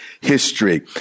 history